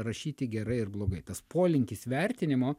rašyti gerai ar blogai tas polinkis vertinimo